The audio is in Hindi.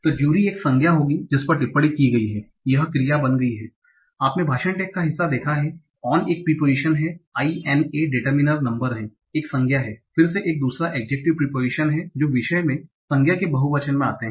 तो जूरी एक संज्ञा होगी जिस पर टिप्पणी की गई है एक क्रिया बन गई है आपने भाषण टैग का हिस्सा देखा है on एक प्रीपोजीशन हैं i n a determiner number हैं एक संज्ञा हैं फिर से एक दुसरा एड्जेक्टिव प्रीपोजीशन हैं जो विषय में संज्ञा के बहुवचन में आते हैं